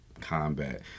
combat